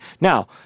Now